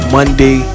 Monday